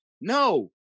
No